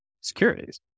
securities